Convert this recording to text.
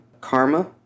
Karma